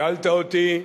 שאלת אותי,